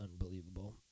unbelievable